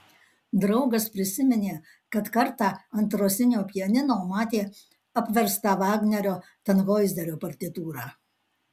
draugas prisiminė kad kartą ant rosinio pianino matė apverstą vagnerio tanhoizerio partitūrą